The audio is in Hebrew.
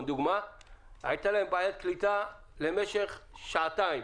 לדוגמה הייתה להם בעיית קליטה במשך שעתיים,